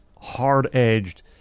hard-edged